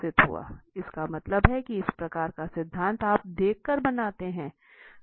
इसका मतलब है की इस प्रकार का सिद्धांत आप देख कर बनाते है